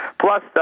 Plus